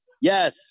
Yes